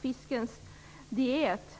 laxfiskens diet.